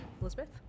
Elizabeth